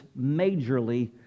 majorly